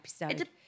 episode